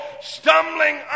stumbling